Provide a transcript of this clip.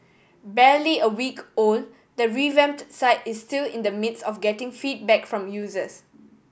barely a week old the revamped site is still in the midst of getting feedback from users